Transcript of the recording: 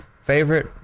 favorite